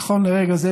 נכון לרגע זה,